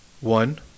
One